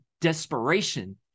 desperation